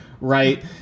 right